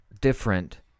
different